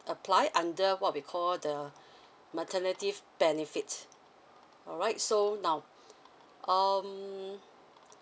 apply under what we call the maternity benefits alright so now um